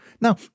Now